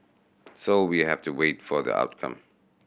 so we have to wait for the outcome